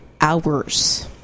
hours